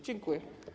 Dziękuję.